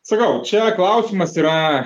sakau čia klausimas yra